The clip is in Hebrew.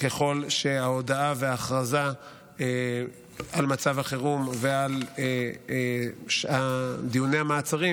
ככל שההודעה וההכרזה על מצב החירום ועל דיוני המעצרים